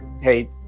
hey